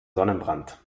sonnenbrand